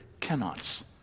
cannots